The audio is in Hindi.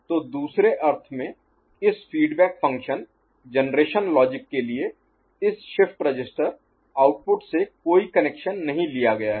तो दूसरे अर्थ में इस फीडबैक फ़ंक्शन जनरेशन लॉजिक के लिए इस शिफ्ट रजिस्टर आउटपुट से कोई कनेक्शन नहीं लिया गया है